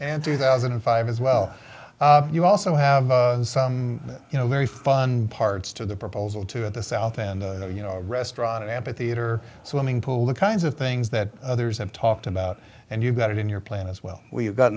answer thousand and five as well you also have some you know very fun parts to the proposal to the south and you know restaurant ampitheater swimming pool the kinds of things that others have talked about and you've got to be in your plan as well we've got